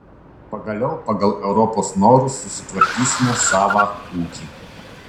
pagaliau pagal europos norus susitvarkysime savą ūkį